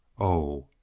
oh!